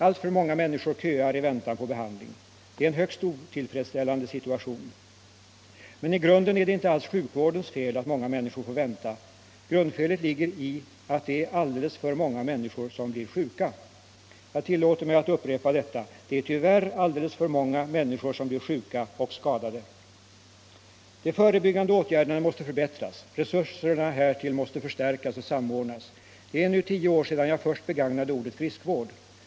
Alltför många människor köar i väntan på behandling. Det är en högst otillfredsställande situation. Men i grunden är det inte alls sjukvårdens fel att många människor får vänta. Grundfelet ligger i att det är alldeles för många människor som blir sjuka. Jag tillåter mig att upprepa detta: Det är tyvärr alldeles för många människor som blir sjuka och skadade. De förebyggande åtgärderna måste förbättras, resurserna härtill måste förstärkas och samordnas. Det är nu tio år sedan jag först begagnade ordet friskvård.